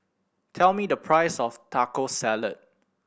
tell me the price of Taco Salad